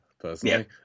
personally